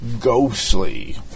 Ghostly